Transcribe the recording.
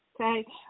Okay